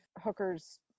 Hooker's